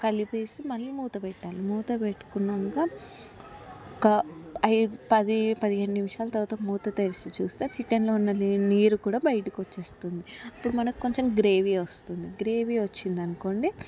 కలిపేసి మళ్ళీ మూతపెట్టాలి మూతపెట్టుకున్నాకా ఒక ఐదు పది పదిహేను నిముషాలు తర్వాత మూత తెరిచి చూస్తే చికెన్లో ఉన్న నీరు కూడా బయటకొచ్చేస్తుంది అప్పుడు మనకు కొంచెం గ్రేవి వస్తుంది గ్రేవీ వచ్చిందనుకోండి